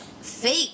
fake